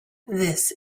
this